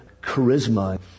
charisma